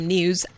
News